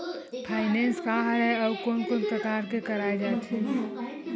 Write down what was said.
Finance का हरय आऊ कोन कोन प्रकार ले कराये जाथे?